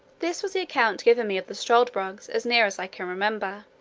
this was the account given me of the struldbrugs, as near as i can remember.